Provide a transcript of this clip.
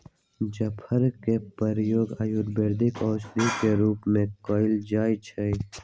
जाफर के प्रयोग आयुर्वेदिक औषधि के रूप में कएल जाइ छइ